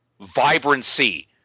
vibrancy